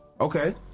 Okay